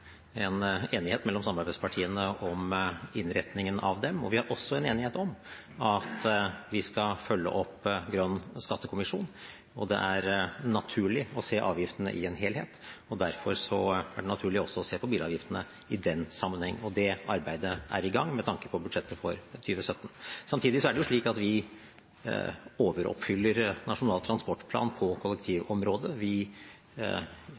har også en enighet om at vi skal følge opp Grønn skattekommisjon. Det er naturlig å se avgiftene i en helhet, og derfor er det naturlig også å se på bilavgiftene i den sammenheng. Det arbeidet er i gang med tanke på budsjettet for 2017. Samtidig er det slik at vi overoppfyller Nasjonal transportplan på kollektivområdet, vi